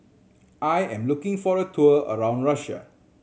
I am looking for a tour around Russia